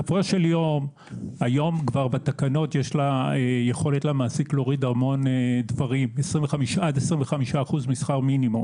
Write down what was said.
היום בתקנות יש למעסיק יכולת להוריד הרבה דברים עד 25% משכר מינימום